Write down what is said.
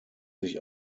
sich